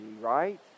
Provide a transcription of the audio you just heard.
Right